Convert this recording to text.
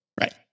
right